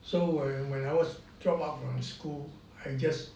so when I was drop out of school I just